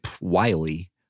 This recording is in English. Wiley